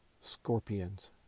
Scorpions